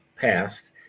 passed